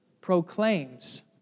proclaims